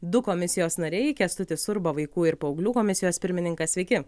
du komisijos nariai kęstutis urba vaikų ir paauglių komisijos pirmininkas sveiki